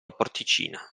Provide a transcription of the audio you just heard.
porticina